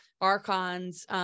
archons